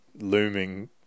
looming